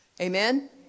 Amen